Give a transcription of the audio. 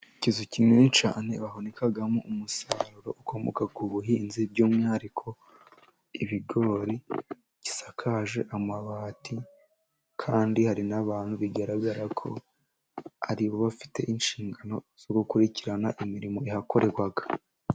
Ikizu kinini cyane, bahunikamo umusaruro ukomoka ku buhinzi, by'umwihariko ibigori, gisakaje amabati. Kandi hari n'abantu bigaragara ko ari bo bafite inshingano zo gukurikirana imirimo ihakorerwa.